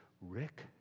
Rick